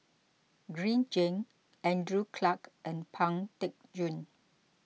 Green Zeng Andrew Clarke and Pang Teck Joon